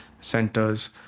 centers